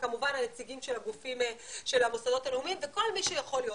וכמובן הנציגים של הגופים של המוסדות הלאומיים וכל מי שיכול להיות,